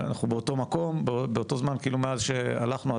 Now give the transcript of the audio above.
וכאילו הזמן עמד מלכת מאז שהלכנו.